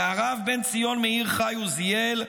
והרב בן ציון מאיר חי עוזיאל,